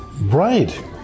Right